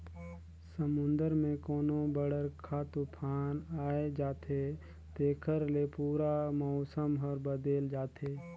समुन्दर मे कोनो बड़रखा तुफान आये जाथे तेखर ले पूरा मउसम हर बदेल जाथे